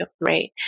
right